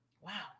Wow